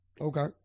Okay